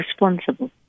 responsible